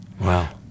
Wow